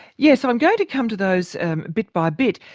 yes, i'm going to come to those and bit by bit,